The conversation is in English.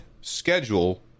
schedule